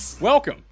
Welcome